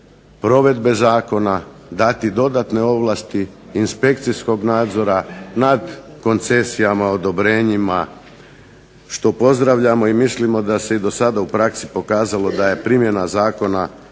provedbe zakona, dati dodatne ovlasti inspekcijskog nadzora nad koncesijama, odobrenjima što pozdravljamo i mislimo da se i dosada u praksi pokazalo da je primjena zakona